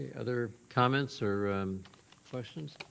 other comments or questions?